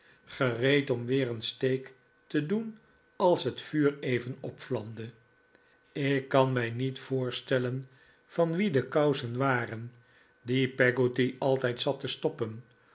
gereed om weer een steek te doen als het vuur even opvlamde ik kan onze laatste avond samen mij niet voorstellen van wie de kousen waren die peggotty altijd zat te stoppen